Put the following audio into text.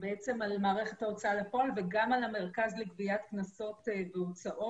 בעצם על מערכת ההוצאה לפועל וגם על המרכז לגביית קנסות והוצאות,